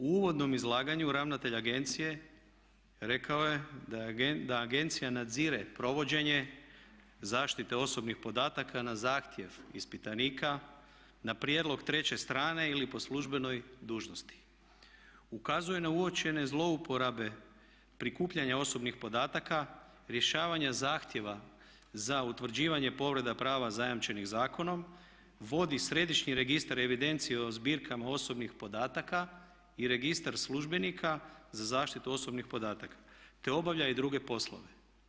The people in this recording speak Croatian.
U uvodnom izlaganju ravnatelj agencije rekao je da agencija nadzire provođenje zaštite osobnih podataka na zahtjev ispitanika, na prijedlog treće strane ili po službenoj dužnosti, ukazuje na uočene zlouporabe prikupljanja osobnih podataka, rješavanja zahtjeva za utvrđivanje povreda prava zajamčenih zakonom, vodi središnji registar evidencije o zbirkama osobnih podataka i registar službenika za zaštitu osobnih podataka, te obavlja i druge poslove.